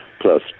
plus